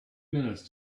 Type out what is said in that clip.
minutes